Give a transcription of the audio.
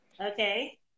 Okay